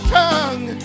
tongue